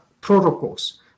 protocols